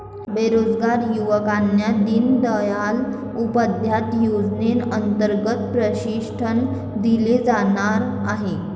बेरोजगार युवकांना दीनदयाल उपाध्याय योजनेअंतर्गत प्रशिक्षण दिले जाणार आहे